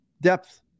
depth